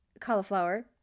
cauliflower